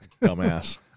Dumbass